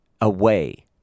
away